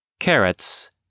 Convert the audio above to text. carrots